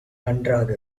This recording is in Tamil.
நன்றாக